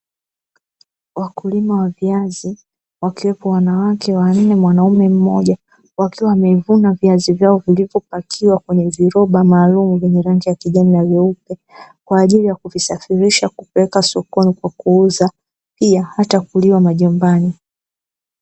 Wakulima wa viazi wakiwepo wanawake wanne mwanaume mmoja, wakiwa wamevuna viazi vyao vilivyopakiwa kwenye viroba maalumu vyenye rangi ya kijani na nyeupe kwa ajili ya kuvisafirisha kupeleka sokoni kuuza pia hata kuliwa majumbani.